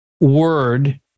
word